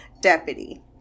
Deputy